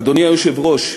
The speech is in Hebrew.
אדוני היושב-ראש,